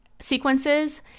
sequences